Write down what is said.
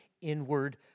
inward